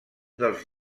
dels